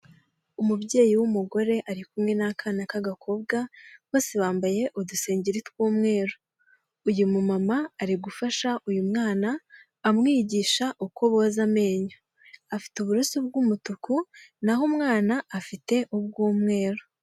Umubyeyi w'umugore ari kumwe n'akana k'agakobwa ,bose bambaye udusengeri tw'umweru ,uyu mumama ari gufasha uyu mwana amwigisha uko boza amenyo afite uburoso bw'umutuku naho umwana afite ubw'umweru.